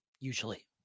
usually